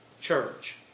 church